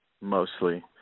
mostly